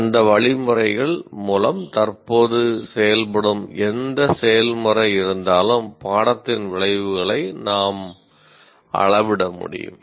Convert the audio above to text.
அந்த வழிமுறைகள் மூலம் தற்போது செயல்படும் எந்த செயல்முறை இருந்தாலும் பாடத்தின் விளைவுகளை நாம் அளவிட முடியும்